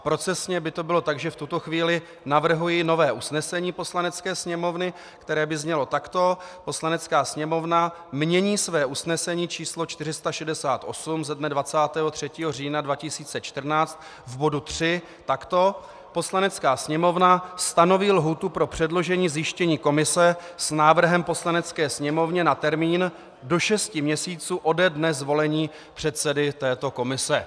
Procesně by to bylo tak, že v tuto chvíli navrhuji nové usnesení Poslanecké sněmovny, které by znělo takto: Poslanecká sněmovna mění své usnesení číslo 468 ze dne 23. října 2014 v bodu 3 takto: Poslanecká sněmovna stanoví lhůtu pro předložení zjištění komise s návrhem Poslanecké sněmovně na termín do šesti měsíců ode dne zvolení předsedy této komise.